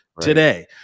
today